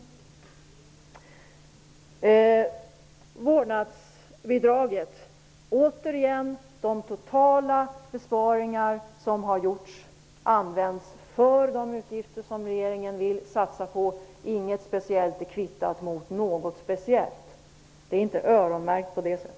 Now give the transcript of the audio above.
När det gäller vårdnadsbidraget vill jag återigen säga att de totala besparingar som har gjorts kommer att användas för de utgifter som regeringen vill satsa på. Inget är kvittat mot något speciellt. Vårdnadsbidraget är inte öronmärkt på det sättet.